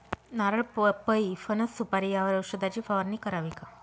नारळ, पपई, फणस, सुपारी यावर औषधाची फवारणी करावी का?